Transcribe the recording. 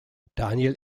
daniel